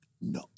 no